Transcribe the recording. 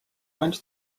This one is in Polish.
bądź